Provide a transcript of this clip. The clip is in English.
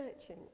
searching